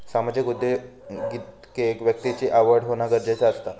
सामाजिक उद्योगिकतेत व्यक्तिची आवड होना गरजेचा असता